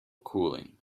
cooling